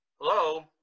Hello